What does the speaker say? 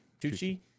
Tucci